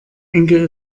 enkel